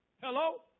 Hello